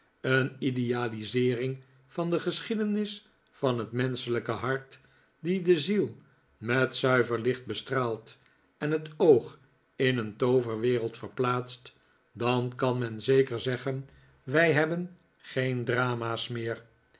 een idealiseering van de geschiedenis van het menschelijke hart die de ziel met zuiver licht bestraalt en het oog in een tooverwereld verplaatst dan kan men zeker zegnikolaas nickleby gen wij hebben geen drama's meer